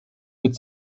wird